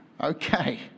Okay